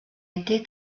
été